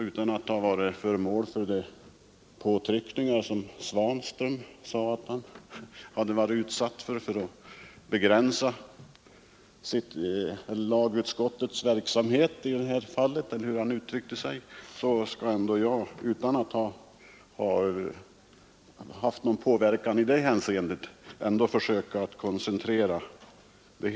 Utan att ha varit föremål för sådana påtryckningar som herr Svanström sade att han varit utsatt för skall jag ändå försöka koncentrera mig.